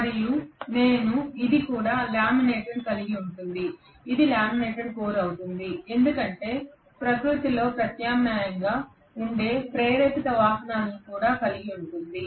మరియు నేను ఇది కూడా లామినేటెడ్ కలిగి ఉంటుంది ఇది లామినేటెడ్ కోర్ అవుతుంది ఎందుకంటే ఇది ప్రకృతిలో ప్రత్యామ్నాయంగా ఉండే ప్రేరిత ప్రవాహాలను కూడా కలిగి ఉంటుంది